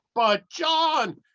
but john,